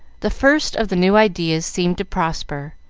the first of the new ideas seemed to prosper,